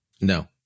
No